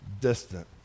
distant